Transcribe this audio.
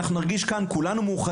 אנחנו נרגיש כאן מאוחדים,